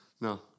No